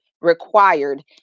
required